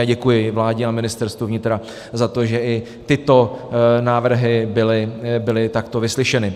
Děkuji vládě a Ministerstvu vnitra za to, že i tyto návrhy byly takto vyslyšeny.